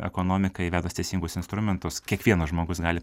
ekonomiką įvedus teisingus instrumentus kiekvienas žmogus gali